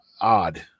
odd